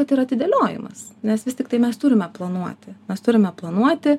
kad ir atidėliojimas nes vis tiktai mes turime planuoti mes turime planuoti